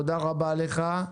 תודה רבה לך.